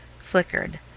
flickered